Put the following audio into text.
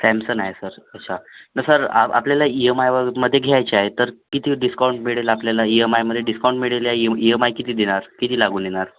Samsung आहे sir तसा sir आपल्याला ईएमआयवर मध्ये घायचा तर किती डिस्काउंट मिळेल आपल्याला ईएमआयमध्ये डिस्काउंट मिळेल या ई एम आय किती देणार किती लागून येणार